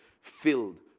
filled